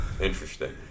Interesting